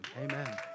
Amen